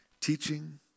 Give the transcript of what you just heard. teaching